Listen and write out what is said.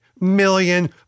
million